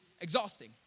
exhausting